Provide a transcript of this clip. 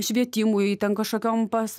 švietimui ten kažkokiom pas